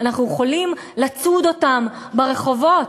אנחנו יכולים לצוד אותם ברחובות,